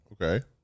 Okay